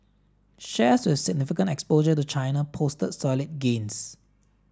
shares with significant exposure to China posted solid gains